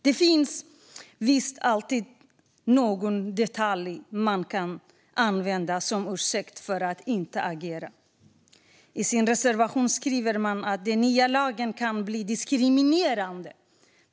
Det finns visst alltid någon detalj som man kan använda som ursäkt för att inte agera. I sin reservation skriver man att den nya lagen kan bli diskriminerande.